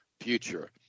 future